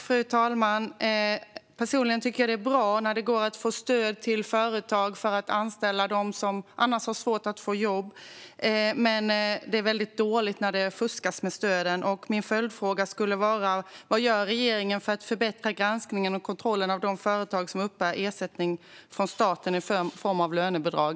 Fru talman! Personligen tycker jag att det är bra att företag kan få stöd för att anställa människor som annars har svårt att få jobb. Men det är väldigt dåligt när det fuskas med stöden. Min följdfråga är: Vad gör regeringen för att förbättra granskningen och kontrollen av de företag som uppbär ersättning från staten i form av lönebidrag?